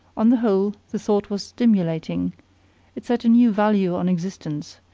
on the whole, the thought was stimulating it set a new value on existence,